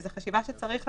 וזאת חשיבה שצריך לעשות,